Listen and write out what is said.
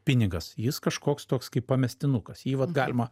pinigas jis kažkoks toks kaip pamestinukas jį vat galima